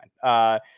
fine